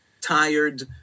tired